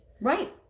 Right